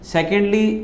Secondly